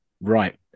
right